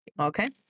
Okay